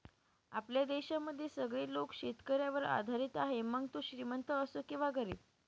आपल्या देशामध्ये सगळे लोक शेतकऱ्यावर आधारित आहे, मग तो श्रीमंत असो किंवा गरीब